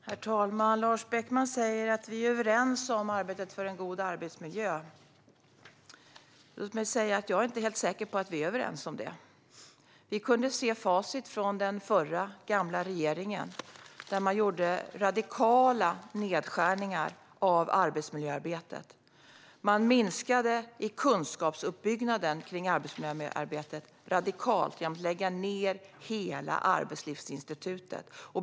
Herr talman! Lars Beckman säger att vi är överens om arbetet för en god arbetsmiljö. Jag är inte helt säker på att vi verkligen är överens om det. Vi kunde se facit efter den förra regeringen. Man gjorde radikala nedskärningar av arbetsmiljöarbetet. Man gjorde radikala minskningar i kunskapsuppbyggnaden för arbetsmiljöarbetet genom att lägga ned hela Arbetslivsinstitutet.